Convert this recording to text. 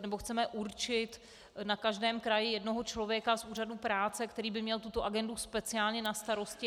nebo chceme určit na každém kraji jednoho člověka z úřadu práce, který by měl tuto agendu speciálně na starosti.